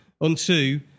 unto